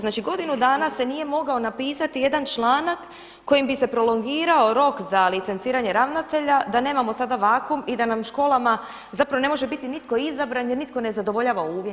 Znači godinu dana se nije mogao napisati jedan članak kojim bi se prolongirao rok za licenciranje ravnatelja da nemamo sada vakuum i da nam školama zapravo ne može biti izabran jer nitko ne zadovoljava uvjet.